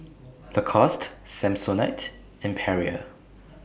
Lacoste Samsonite and Perrier